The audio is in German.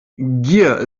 gier